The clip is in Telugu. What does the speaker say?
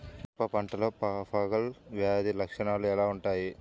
మిరప పంటలో ఫంగల్ వ్యాధి లక్షణాలు ఎలా వుంటాయి?